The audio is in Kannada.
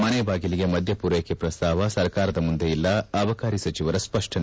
ಮನೆ ಬಾಗಿಲಿಗೆ ಮದ್ದ ಪೂರೈಕೆ ಪ್ರಸ್ತಾವ ಸರ್ಕಾರದ ಮುಂದೆ ಇಲ್ಲ ಅಬಕಾರಿ ಸಚಿವರ ಸ್ಪಷ್ಟನೆ